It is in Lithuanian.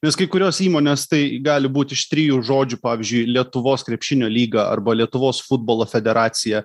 nes kai kurios įmonės tai gali būt iš trijų žodžių pavyzdžiui lietuvos krepšinio lyga arba lietuvos futbolo federacija